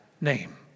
name